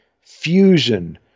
fusion